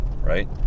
right